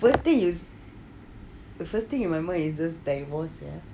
the first thing is the first thing in my mind is just divorce ya